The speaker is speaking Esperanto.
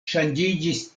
ŝanĝiĝis